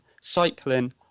cycling